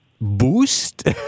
boost